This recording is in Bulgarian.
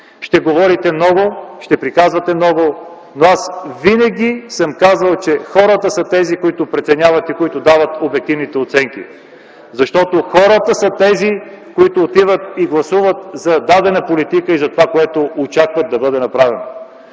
Ще говорите, ще приказвате много. Винаги обаче съм казвал, че хората са тези, които преценяват и дават обективните оценки. Хората са тези, които отиват и гласуват за дадена политика и за това, което очакват да бъде направено.